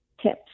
tips